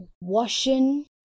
washing